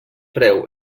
preu